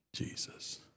Jesus